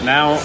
Now